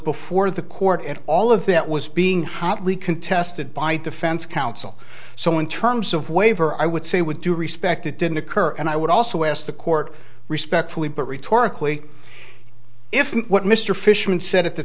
before the court and all of that was being hotly contested by defense counsel so in terms of waiver i would say would do respect it didn't occur and i would also ask the court respectfully but rhetorical if what mr fishman said at the